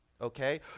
okay